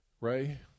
Ray